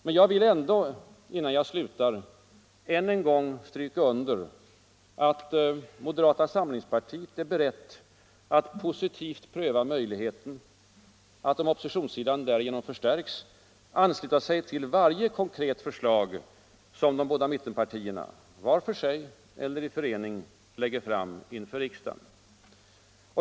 Men jag vill ändå, innan jag slutar, än en gång stryka under, att moderata samlingspartiet är berett att positivt pröva möjligheten att — om oppositionssidan därigenom för stärkes — ansluta sig till varje konkret förslag som de båda mittpartierna, vart för sig eller i förening, lägger fram inför riksdagen.